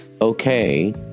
okay